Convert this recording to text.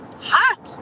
hot